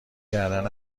گردن